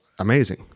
Amazing